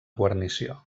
guarnició